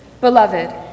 Beloved